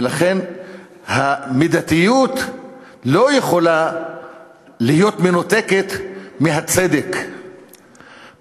ולכן המידתיות לא יכולה להיות מנותקת מהצדק,